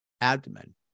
abdomen